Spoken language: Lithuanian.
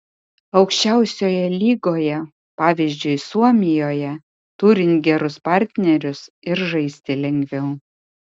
aukščiausioje lygoje pavyzdžiui suomijoje turint gerus partnerius ir žaisti lengviau